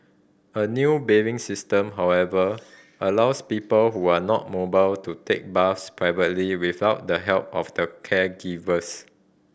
a new bathing system however allows people who are not mobile to take baths privately without the help of the caregivers